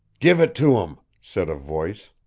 give it to him, said a voice.